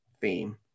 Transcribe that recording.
theme